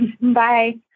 Bye